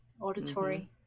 auditory